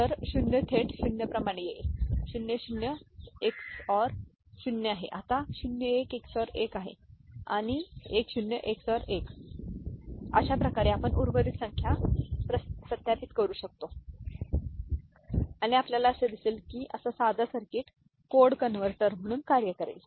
तर 0 थेट 0 प्रमाणे येईल 0 0 XORed 0 आहे आता 0 1 XORed 1 आहे आणि 1 0 Xored 1 आहे अशा प्रकारे आपण उर्वरित संख्या सत्यापित करू शकतो आणि आपल्याला असे दिसेल की असा साधा सर्किट कोड कन्वर्टर म्हणून कार्य करेल